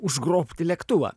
užgrobti lėktuvą